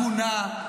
הגונה,